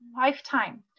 lifetime